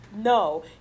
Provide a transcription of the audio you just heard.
No